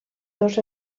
dos